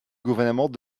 gouvernement